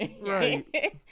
right